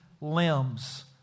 limbs